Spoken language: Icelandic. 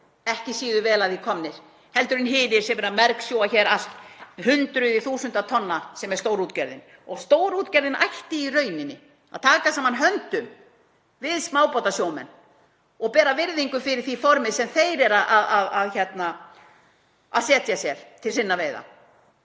ekki síður vel að því komnir en hinir sem eru að mergsjúga hér allt, hundruð þúsunda tonna, sem er stórútgerðin. Stórútgerðin ætti í rauninni að taka saman höndum við smábátasjómenn og bera virðingu fyrir því formi sem þeir eru að setja sér til sinna veiða.